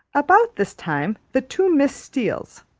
about this time the two miss steeles,